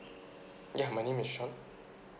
ya my name is sean